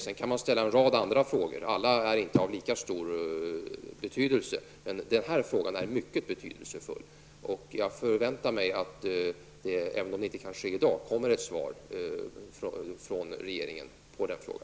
Sedan kan man ställa en rad andra frågor, men alla är inte av lika stor betydelse. Den här frågan är mycket betydelsefull. Jag förväntar mig att det, även om det inte kan ske i dag, kommer ett svar från regeringen på min fråga.